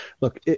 look